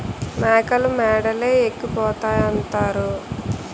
మేకలు మేడలే ఎక్కిపోతాయంతారు